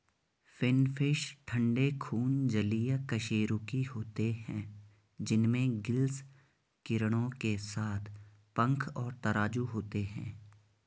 finfish ठंडे खून जलीय कशेरुकी होते हैं जिनमें गिल्स किरणों के साथ पंख और तराजू होते हैं